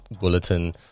bulletin